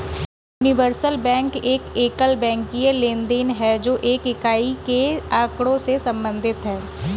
universal bank एक एकल banking लेनदेन है, जो एक इकाई के आँकड़ों से संबंधित है